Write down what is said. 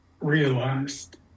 realized